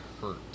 hurt